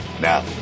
Now